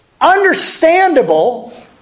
understandable